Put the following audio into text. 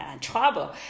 trouble